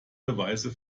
beweise